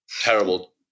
terrible